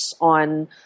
on